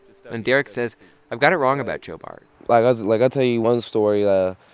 and derek says i've got it wrong about joe bart like i'll like tell you one story. ah